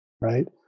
right